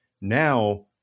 Now